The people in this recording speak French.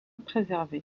préservé